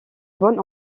bonne